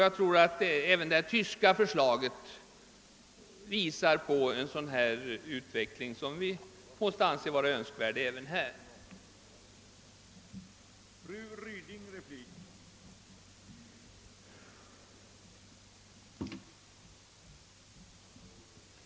Även det tyska förslaget visar enligt min mening på en sådan utveckling som måste anses önskvärd också i vårt land.